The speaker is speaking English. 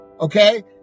Okay